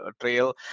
trail